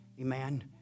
amen